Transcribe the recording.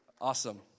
Awesome